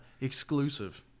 exclusive